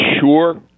sure